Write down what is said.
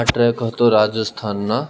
આ ટ્રેક હતો રાજસ્થાનના